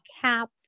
cap